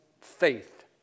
faith